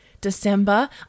December